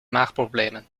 maagproblemen